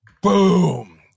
boom